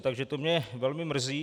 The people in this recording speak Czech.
Takže to mě velmi mrzí.